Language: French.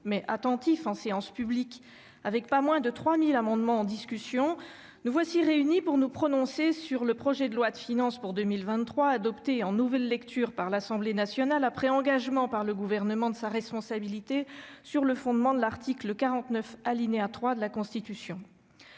mais attentif, en séance publique, où pas moins de 3 000 amendements ont fait l'objet de discussions, nous sommes réunis aujourd'hui pour nous prononcer sur le projet de loi de finances pour 2023 adopté en nouvelle lecture par l'Assemblée nationale, après engagement par le Gouvernement de sa responsabilité sur le fondement de l'article 49, alinéa 3, de la Constitution.